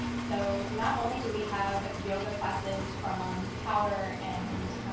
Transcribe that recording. so not only do we have yoga classes from power and,